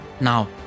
Now